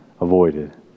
avoided